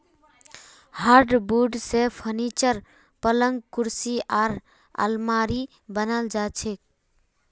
hardwood स furniture, पलंग कुर्सी आर आलमारी बनाल जा छेक